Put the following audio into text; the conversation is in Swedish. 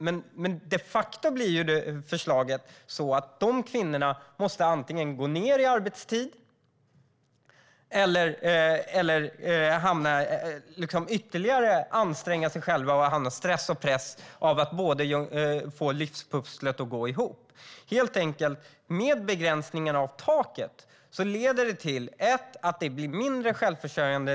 Men de facto blir förslaget att dessa kvinnor antingen måste gå ned i arbetstid eller anstränga sig ytterligare i stress och press för att få livspusslet att gå ihop. Taket leder till att färre blir självförsörjande.